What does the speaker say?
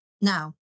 Now